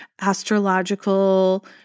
astrological